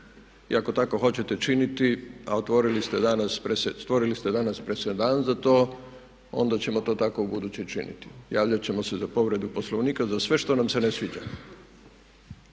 I ako tako hoćete činiti, a otvorili ste danas presedan za to onda ćemo to tako ubuduće činiti. Javljat ćemo se za povredu Poslovnika za sve što nam se ne sviđa